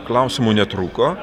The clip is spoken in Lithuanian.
klausimų netrūko